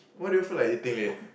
what do you feel like eating leh